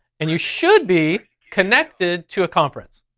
and you should be connected to a conference.